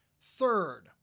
Third